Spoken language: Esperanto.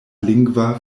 lingva